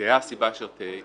תהא הסיבה אשר תהא,